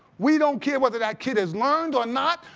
we don't care whether that kid has learned or not.